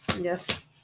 Yes